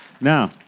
Now